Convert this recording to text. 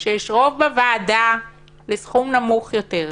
שיש רוב בוועדה לסכום נמוך יותר.